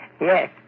Yes